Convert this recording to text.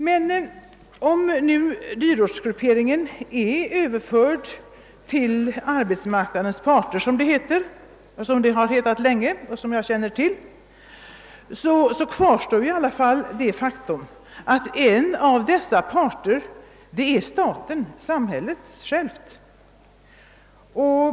Men om nu avgörandet om dyrortsgrupperingen är överfört till arbetsmarknadens parter, som det hetat länge och som jag känner till, kvarstår i alla fall det faktum att en av dessa parter är staten, samhället självt.